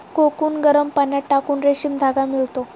cocoon गरम पाण्यात टाकून रेशीम धागा मिळतो